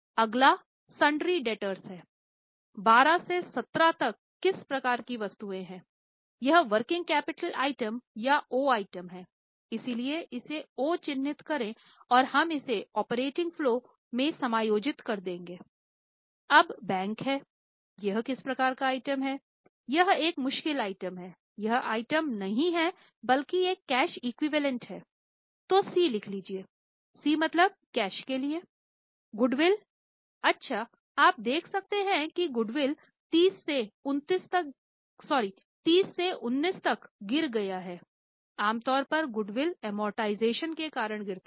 अगला सुन्दर्य के कारण गिरता है